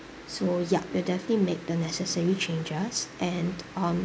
so yup we'll definitely make the necessary changes and um